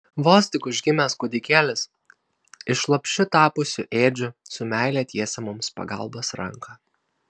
vos tik užgimęs kūdikėlis iš lopšiu tapusių ėdžių su meile tiesia mums pagalbos ranką